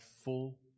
full